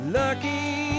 lucky